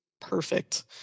perfect